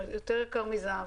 יותר יקר מזהב,